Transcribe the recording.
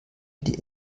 die